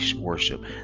worship